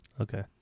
okay